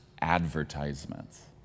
advertisements